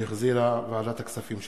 שהחזירה ועדת הכספים.